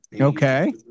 Okay